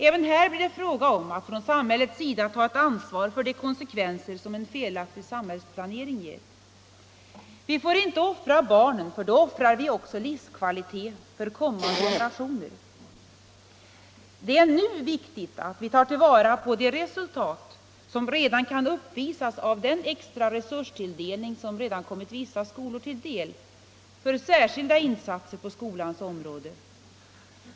Även här blir det alltså fråga om att från samhällets sida ta ett ansvar för de konsekvenser som en felaktig samhällsplanering ger. Vi får inte offra barnen för då offrar vi också livskvalitet för kommande generationer. Det är nu viktigt att vi tar vara på de resultat som redan kan uppvisas av den extra resurstilldelning som redan kommit vissa skolor till del för särskilda insatser på skolans område.